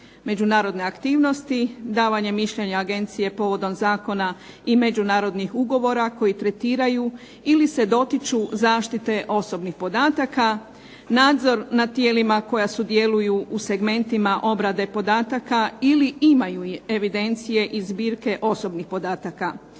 međunarodne aktivnosti, davanje mišljenja agencije povodom zakona i međunarodnih ugovora koji tretiraju ili se dotiču zaštite osobnih podataka, nadzor nad tijelima koja sudjeluju u segmentima obrade podataka ili imaju evidencije i zbirke osobnih podataka.